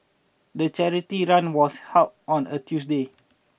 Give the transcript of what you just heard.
the charity run was held on a Tuesday